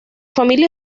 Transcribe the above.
familia